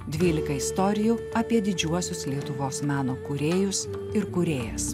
dvylika istorijų apie didžiuosius lietuvos meno kūrėjus ir kūrėjas